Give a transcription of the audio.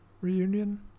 reunion